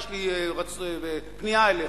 יש לי פנייה אליך.